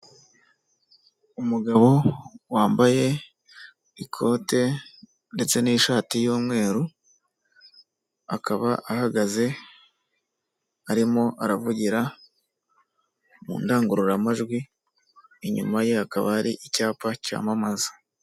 Umugabo wambaye ikote ndetse n'ishati y'umweru, akaba ahagaze arimo aravugira mu ndangururamajwi, inyuma ye hakaba hari icyapa cyamamaza.